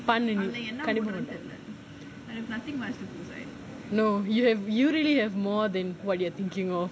பண்ணு நீ:pannu nee no you have you really have more than what you are thinking of